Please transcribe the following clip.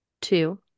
two